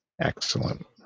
Excellent